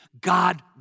God